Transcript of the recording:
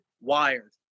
wired